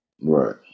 Right